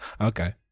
Okay